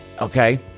okay